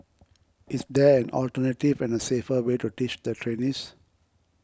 is there an alternative and a safer way to teach the trainees